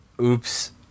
Oops